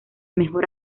mejor